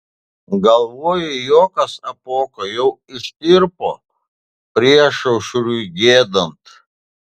galvoji juokas apuoko jau ištirpo priešaušriui giedant